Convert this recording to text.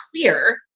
clear